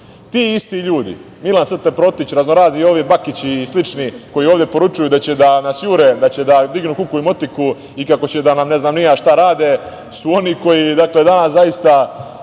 isti ljudi, Milan St. Protić, raznorazni, Jove Bakići i slični koji ovde poručuju da će da nas jure, da će da dignu kuku i motiku i kako će ne znam šta rade su oni koji danas, prosto